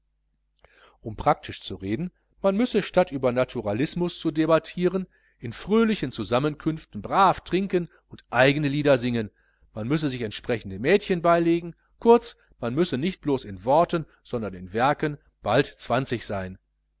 um praktisch zu reden man müsse statt über naturalismus zu debattieren in fröhlichen zusammenkünften brav trinken und eigene lieder singen man müsse sich entsprechende mädchen beilegen kurz man müsse nicht blos in worten sondern in werken bald zwanzig sein